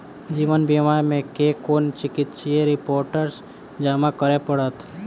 जीवन बीमा मे केँ कुन चिकित्सीय रिपोर्टस जमा करै पड़त?